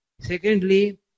Secondly